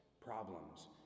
problems